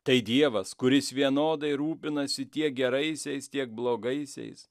tai dievas kuris vienodai rūpinasi tiek geraisiais tiek blogaisiais